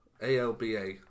Alba